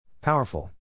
Powerful